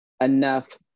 enough